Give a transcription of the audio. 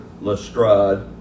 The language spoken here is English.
Lestrade